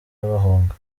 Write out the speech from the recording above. bahunga